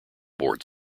board